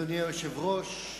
אדוני היושב-ראש,